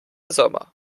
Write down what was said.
sommer